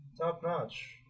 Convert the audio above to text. top-notch